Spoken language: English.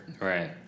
Right